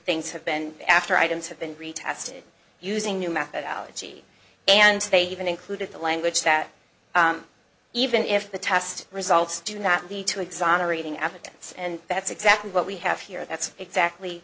things have been after items have been retested using new methodology and they even included the language that even if the test results do not lead to exonerating evidence and that's exactly what we have here that's exactly